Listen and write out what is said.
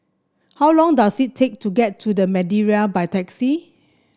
how long does it take to get to The Madeira by taxi